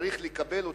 צריך לקבל אותם,